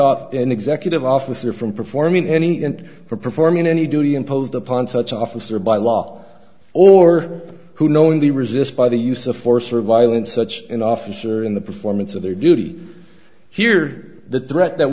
an executive officer from performing any and for performing any duty imposed upon such officer by law or who knowingly resists by the use of force or violence such an officer in the performance of their duty here the threat that